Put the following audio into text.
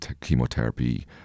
chemotherapy